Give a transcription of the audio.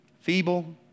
feeble